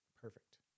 Perfect